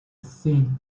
thin